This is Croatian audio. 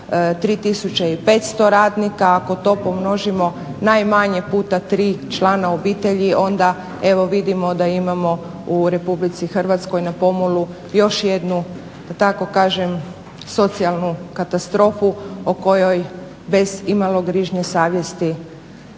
3500 radnika. Ako to pomnožimo najmanje puta 3 člana obitelji onda evo vidimo da imamo u RH na pomolu još jednu da tako kažem socijalnu katastrofu o kojoj bez imalo grižnje savjesti tako